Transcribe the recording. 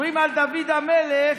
אומרים על דוד המלך,